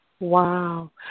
Wow